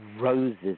roses